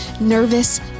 Nervous